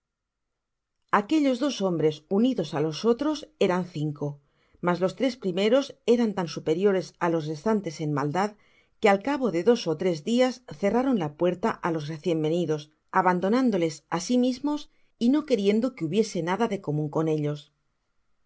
aquellos dos hombres unidos á los otros eran cinco mas los tres primeros eran tan superiores á los restantes en maldad que al cabo de dos ó tres diias cerraron la puerta á los recien venidos abandonándoles á sí mismos y no queriendo que hubiese nada de comun coa ellos